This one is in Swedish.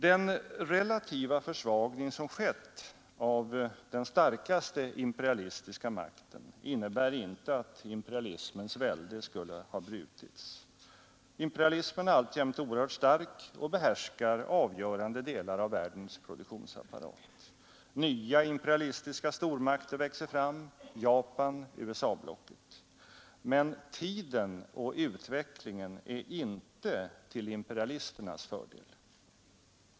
Den relativa försvagning som skett av den starkaste imperialistiska makten innebär inte att imperialismens välde skulle ha brutits. Imperialismen är alltjämt oerhört stark och behärskar avgörande delar av världens produktionsapparat. Nya imperialistiska stormakter växer fram — Japan, EEC-blocket. Men tiden och utvecklingen är inte till imperialisternas fördel.